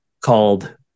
called